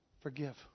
Forgive